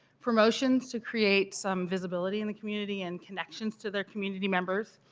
promotions to create some visibility in the community and connections to their community members,